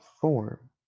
form